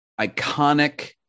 iconic